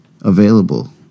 available